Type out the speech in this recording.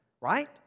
Right